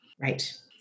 Right